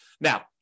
Now